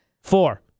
Four